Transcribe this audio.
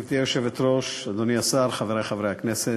גברתי היושבת-ראש, אדוני השר, חברי חברי הכנסת,